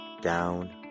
down